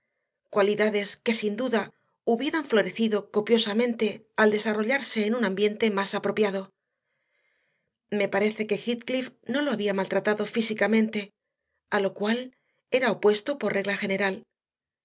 cualidades que sin duda hubieran florecido copiosamente al desarrollarse en un ambiente más apropiado me parece que heathcliff no lo había maltratado físicamente a lo cual era opuesto por regla general